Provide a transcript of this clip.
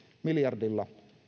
miljardilla